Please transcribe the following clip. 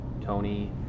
Tony